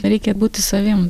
reikia būti savim